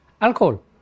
alcohol